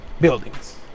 buildings